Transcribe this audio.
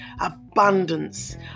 abundance